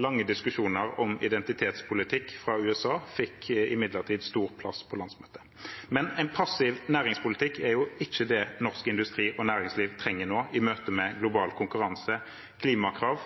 Lange diskusjoner om identitetspolitikk fra USA fikk imidlertid stor plass på landsmøtet. Men en passiv næringspolitikk er ikke det norsk industri og næringsliv trenger nå, i møte med global konkurranse, klimakrav